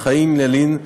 חיים ילין,